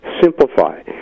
simplify